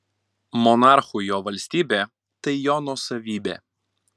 monarchui jo valstybė tai jo nuosavybė